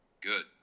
Good